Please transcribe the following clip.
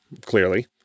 Clearly